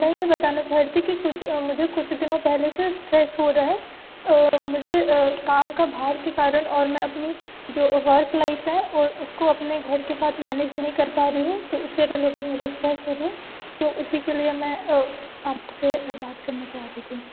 मैं ये बताना चाह रही थी कि कुछ मुझे कुछ दिनों पहले से इस्ट्रेस हो रहे हैं मुझे काम का भार के कारण और मैं अपनी जो वर्क लाइफ है और उसको अपने घर के साथ मैनेज नहीं कर पा रही हूँ तो उससे रिलेटेड मुझे इस्ट्रेस हो रहे हैं तो उसी के लिए मैं आपसे बात करना चाह रही थी